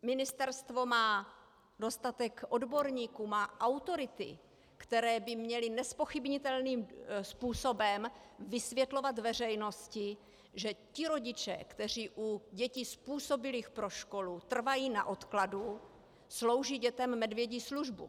Ministerstvo má dostatek odborníků, má autority, které by měly nezpochybnitelným způsobem vysvětlovat veřejnosti, že ti rodiče, kteří u dětí způsobilých pro školu trvají na odkladu, slouží dětem medvědí službu.